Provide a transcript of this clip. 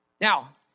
Now